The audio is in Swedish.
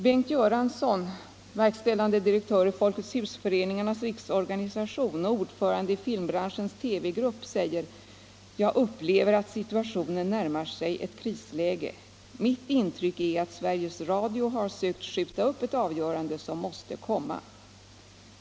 Bengt Göransson, verkställande direktör i Folkets husföreningarnas riksorganisation och ordförande i filmbranschens TV-grupp säger enligt artikeln: ”Jag upplever att situationen närmar sig ett krisläge. Mitt intryck är att Sveriges Radio har sökt skjuta upp ett avgörande som måste komma.